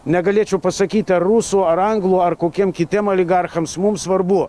negalėčiau pasakyti ar rusų ar anglų ar kokiem kitiem oligarchams mums svarbu